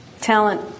Talent